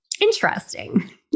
interesting